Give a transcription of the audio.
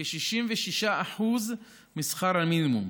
כ-66% משכר המינימום.